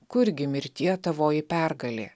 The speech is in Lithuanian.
kurgi mirtie tavoji pergalė